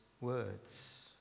words